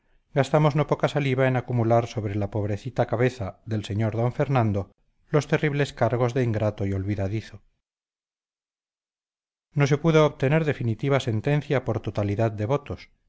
acusación gastamos no poca saliva en acumular sobre la pobrecita cabeza del sr d fernando los terribles cargos de ingrato y olvidadizo no se pudo obtener definitiva sentencia por totalidad de votos